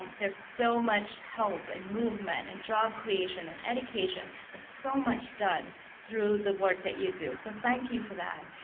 there's so much help and movement and job creation and education, there's so much done through the work that you do so thank you for that.